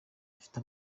afite